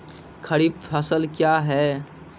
खरीफ फसल क्या हैं?